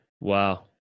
Wow